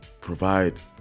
provide